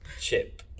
chip